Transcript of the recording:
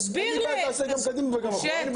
שתעשה גם קדימה וגם אחורה.